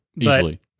easily